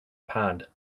pond